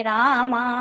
Rama